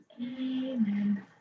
Amen